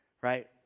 right